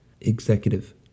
Executive